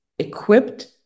equipped